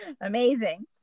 amazing